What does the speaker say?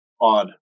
odd